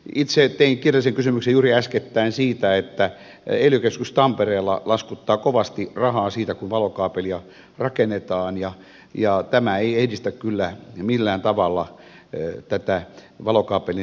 itse tein kirjallisen kysymyksen juuri äskettäin siitä että ely keskus tampereella laskuttaa kovasti rahaa siitä kun valokaapelia rakennetaan ja tämä ei edistä kyllä millään tavalla tätä valokaapelin levittämistä